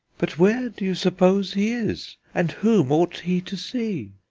but where do you suppose he is, and whom ought he to see?